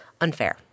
unfair